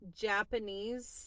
Japanese